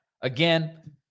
again